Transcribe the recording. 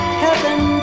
heaven